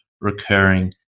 recurring